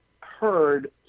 heard